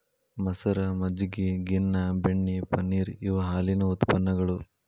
ಮಸರ, ಮಜ್ಜಗಿ, ಗಿನ್ನಾ, ಬೆಣ್ಣಿ, ಪನ್ನೇರ ಇವ ಹಾಲಿನ ಉತ್ಪನ್ನಗಳು